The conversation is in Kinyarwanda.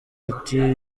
ati